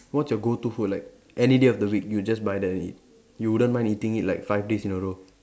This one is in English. what's your go to food like any day of the week you just buy that and eat you wouldn't mind eating it like five days in a row